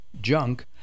junk